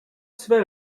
swe